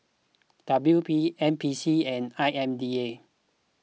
W P N P C and I M D A